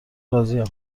راضیم